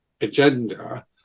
agenda